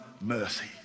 mercy